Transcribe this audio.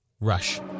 Rush